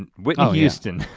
and whitney houston.